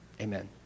amen